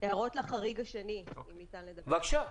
בבקשה.